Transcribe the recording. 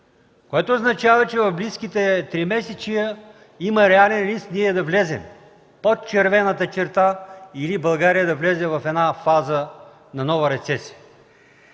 Това означава, че в близките тримесечия има реален риск да слезем под червената черта или България да влезе във фаза на нова рецесия.